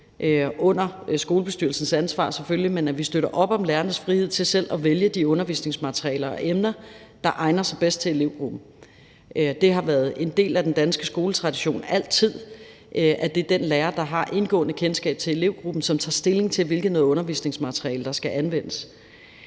under skolebestyrelsens ansvar, til selv at vælge de undervisningsmaterialer og emner, der egner sig bedst til elevgruppen. Det har altid været en del af den danske skoletradition, at det er den lærer, der har et indgående kendskab til elevgruppen, som tager stilling til, hvilket undervisningsmateriale der skal anvendes.